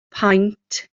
paent